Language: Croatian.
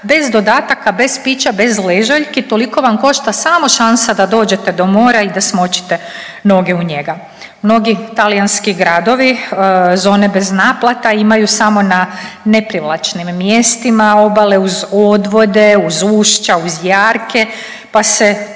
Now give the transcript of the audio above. bez dodataka, bez pića, bez ležaljki. Toliko vam košta samo šansa da dođete do mora i da smočite noge u njega. Mnogi talijanski gradovi zone bez naplata imaju samo na neprivlačnim mjestima obale uz odvode, uz ušća, uz jarke pa se